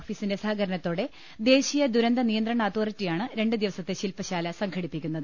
ഓഫീസിന്റെ സഹകരണ ത്തോടെ ദേശീയ ദുരന്ത നിയന്ത്രണ അതോറിറ്റിയാണ് രണ്ടു ദിവസത്തെ ശില്പശാല സംഘടിപ്പിക്കുന്നത്